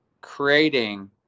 creating